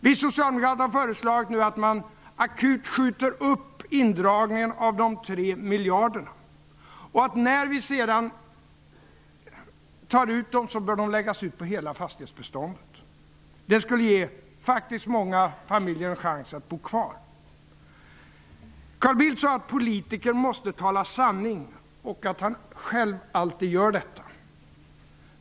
Vi socialdemokrater har nu föreslagit att man akut skjuter upp indragningen av de tre miljarderna och att de, när vi sedan tar ut dem, bör läggas ut på hela fastighetsbeståndet. Det skulle faktiskt ge många familjer en chans att bo kvar. Carl Bildt sade att politiker måste tala sanning och att han själv alltid gör det.